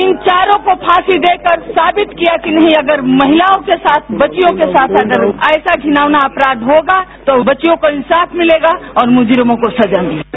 इन चारों को फांसी देकर साबित किया कि नहीं अगर महिलाओं के साथ बच्चियों के साथ अगर ऐसा घिनौना अपराव होगा तो बच्चियों को इंसाफ मिलेगा और मुजरिमों को सजा मिलेगी